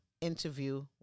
interview